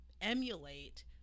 emulate